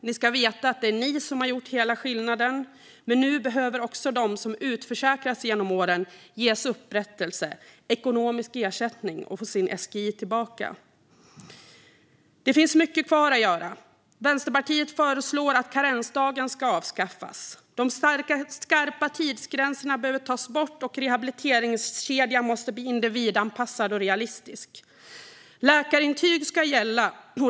Ni ska veta att det är ni som har gjort hela skillnaden. Men nu behöver också de som utförsäkrats genom åren ges upprättelse och ekonomisk ersättning och få sin SIG tillbaka. Det finns mycket kvar att göra. Vänsterpartiet föreslår att karensdagen avskaffas. De skarpa tidsgränserna behöver tas bort, och rehabiliteringskedjan måste bli individanpassad och realistisk. Läkarintyg ska gälla.